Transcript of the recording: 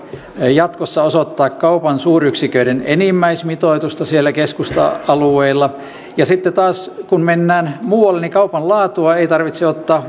jatkossa tarvitse osoittaa kaupan suuryksiköiden enimmäismitoitusta keskusta alueilla ja sitten taas kun mennään muualle kaupan laatua ei tarvitse ottaa